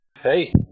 Hey